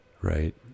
right